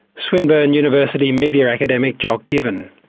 swinburne university media academic, jock given.